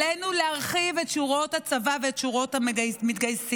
עלינו להרחיב את שורות הצבא ואת שורות המתגייסים,